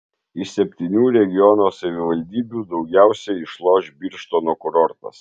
iš septynių regiono savivaldybių daugiausiai išloš birštono kurortas